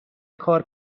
کار